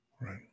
Right